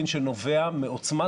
שלו במעצר